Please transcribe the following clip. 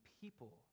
people